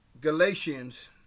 Galatians